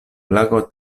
lago